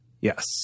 Yes